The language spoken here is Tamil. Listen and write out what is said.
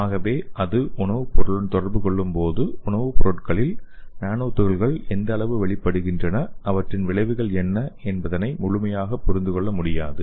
ஆகவே அது உணவுடன் தொடர்பு கொள்ளும்போது உணவுப் பொருள்களில் நானோ துகள்கள் எந்த அளவு வெளிப்படுகின்றன அவற்றின் விளைவுகள் என்ன என்பதை முழுமையாக புரிந்து கொள்ள முடியாது